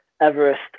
Everest